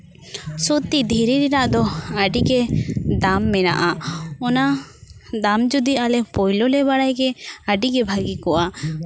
ᱥᱚᱛᱛᱤ ᱫᱷᱤᱨᱤ ᱨᱮᱱᱟᱜ ᱫᱚ ᱟᱹᱰᱤ ᱜᱮ ᱫᱟᱢ ᱢᱮᱱᱟᱜᱼᱟ ᱚᱱᱟ ᱫᱟᱢ ᱡᱩᱫᱤ ᱟᱞᱮ ᱯᱳᱭᱞᱳ ᱞᱮ ᱵᱟᱲᱟᱭ ᱠᱮ ᱟᱹᱰᱤ ᱜᱮ ᱵᱷᱟᱹᱜᱤ ᱠᱚᱜᱼᱟ